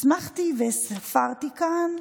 מסמכתי וספרתי כאן